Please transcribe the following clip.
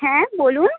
হ্যাঁ বলুন